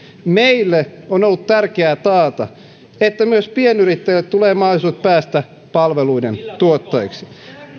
meille on ollut tärkeää taata että myös pienyrittäjille tulee mahdollisuudet päästä palveluiden tuottajiksi